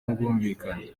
n’ubwumvikane